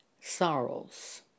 sorrows